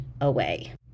away